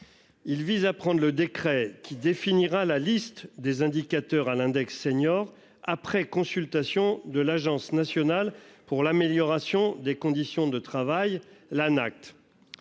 Il vise à prendre le décret qui définira la liste des indicateurs à l'index senior après consultation de l'Agence nationale pour l'amélioration des conditions de travail l'Anact.